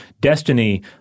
destiny